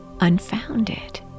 unfounded